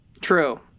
True